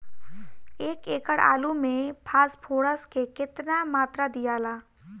एक एकड़ आलू मे फास्फोरस के केतना मात्रा दियाला?